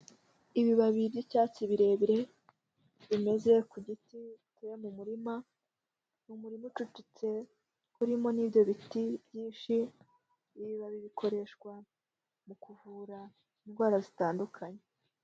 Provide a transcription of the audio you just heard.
Ibibabi by'icyatsi birebire, bimeze ku giti giteye mu murima, ni umurima ucucitse urimo n'ibyo biti byinshi, ibi bibabi bikoreshwa mu kuvura indwara zitandukanye.